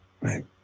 right